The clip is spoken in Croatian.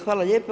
Hvala lijepo.